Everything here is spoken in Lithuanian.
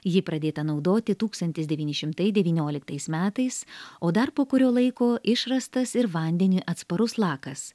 ji pradėta naudoti tūkstantis devyni šimtai devynioliktais metais o dar po kurio laiko išrastas ir vandeniui atsparus lakas